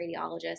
radiologist